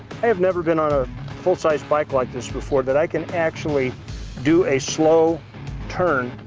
have never been on a full sized bike like this before that i can actually do a slow turn,